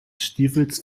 stiefels